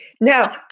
Now